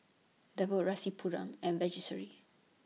Devi Rasipuram and Verghese